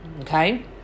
Okay